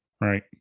Right